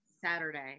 Saturday